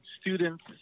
students